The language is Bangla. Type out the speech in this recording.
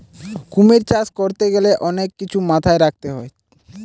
কুমির চাষ করতে গ্যালে অনেক কিছু মাথায় রাখতে হতিছে